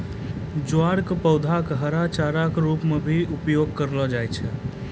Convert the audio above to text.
ज्वार के पौधा कॅ हरा चारा के रूप मॅ भी उपयोग करलो जाय छै